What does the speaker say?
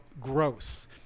growth